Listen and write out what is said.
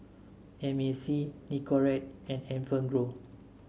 M A C Nicorette and Enfagrow